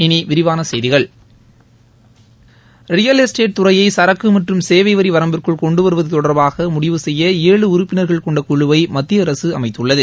இனி விரிவான செய்திகள் ரியல் எஸ்டேட் துறையை சரக்கு மற்றும் சேவை வரி வரம்பிற்குள் கொண்டு வருவது தொடர்பாக முடிவு செய்ய ஏழு உறுப்பினர்கள் கொண்ட குழுவை மத்திய அரசு அமைத்துள்ளது